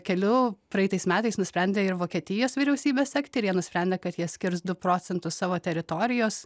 keliu praeitais metais nusprendė ir vokietijos vyriausybė sekti ir jie nusprendė kad jie skirs du procentus savo teritorijos